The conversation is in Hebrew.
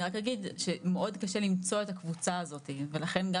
אני רק אגיד שמאוד קשה למצוא את הקבוצה הזאתי ולכן,